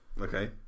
Okay